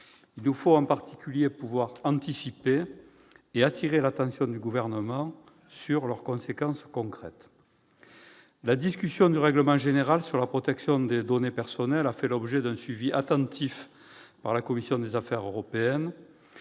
Il nous faut, en particulier, pouvoir anticiper et attirer l'attention du Gouvernement sur les conséquences concrètes de ceux-ci. La discussion du règlement général sur la protection des données personnelles a fait l'objet d'un suivi attentif de la commission des affaires européennes.